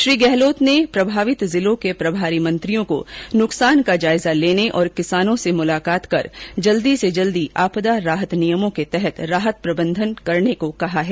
श्री गहलोत ने प्रभावित जिलों के प्रभारी मंत्रियों को नुकसान का जायजा लेने और किसानों से मुलाकात कर जल्द से जल्द आपदा राहत नियमों के तहत राहत प्रदान करने को कहा है